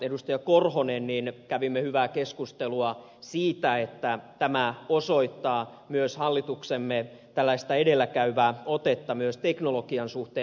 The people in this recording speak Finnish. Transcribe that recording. martti korhonen kävimme hyvää keskustelua siitä että tämä osoittaa myös hallituksemme tällaista edelläkäyvää otetta myös teknologian suhteen